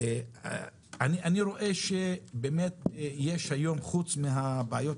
אני רואה שבאמת יש היום חוץ מהבעיות